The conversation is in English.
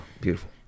Beautiful